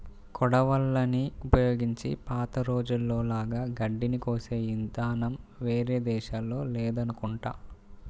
కొడవళ్ళని ఉపయోగించి పాత రోజుల్లో లాగా గడ్డిని కోసే ఇదానం వేరే దేశాల్లో లేదనుకుంటా